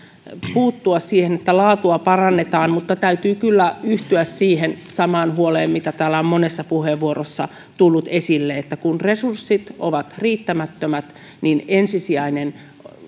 puuttua siihen että laatua parannetaan mutta täytyy kyllä yhtyä siihen samaan huoleen mikä täällä on monessa puheenvuorossa tullut esille että kun resurssit ovat riittämättömät niin ensisijaisen